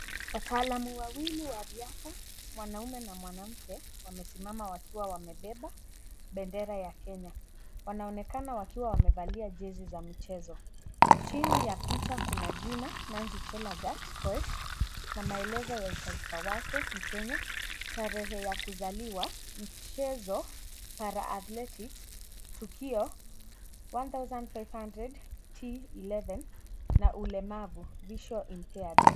Wataalamu wawili wa riadha, mwanamume na mwanamke wamesimama wakiwa wamebeba bendera ya Kenya. Wanaonekana wakiwa wamevalia jezi za michezo. Chini ya picha kuna jina Nancy Jelagat Koech na maelezo ya utaifa wake, mkenya, tarehe ya kuzaliwa, mchezo, paraathletics , tukio 1500 T11 na ulemavu, visual imapired